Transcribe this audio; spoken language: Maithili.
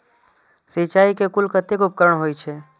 सिंचाई के कुल कतेक उपकरण होई छै?